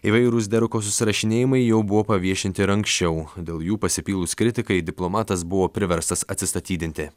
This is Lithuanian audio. įvairūs deruko susirašinėjimai jau buvo paviešinti ir anksčiau dėl jų pasipylus kritikai diplomatas buvo priverstas atsistatydinti